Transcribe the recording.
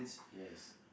yes